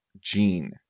gene